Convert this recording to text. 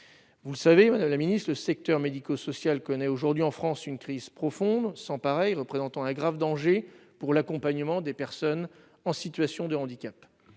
vous le savez madame la Ministre, le secteur médico-social connaît aujourd'hui en France une crise profonde sans pareil représentant un grave danger pour l'accompagnement des personnes en situation de handicap,